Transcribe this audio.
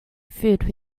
food